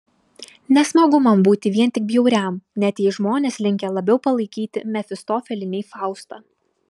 nesmagu būti vien tik bjauriam net jei žmonės linkę labiau palaikyti mefistofelį nei faustą